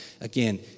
Again